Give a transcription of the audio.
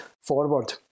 forward